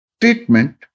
treatment